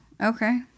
Okay